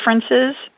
differences